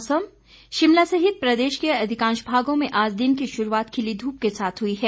मौसम शिमला सहित प्रदेश के अधिकांश भागों में आज दिन की शुरूआत खिली धूप के साथ हुई है